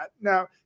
Now –